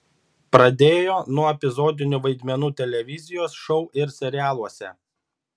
pradėjo nuo epizodinių vaidmenų televizijos šou ir serialuose